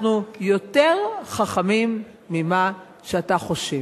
אנחנו יותר חכמים ממה שאתה חושב,